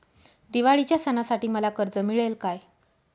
दिवाळीच्या सणासाठी मला कर्ज मिळेल काय?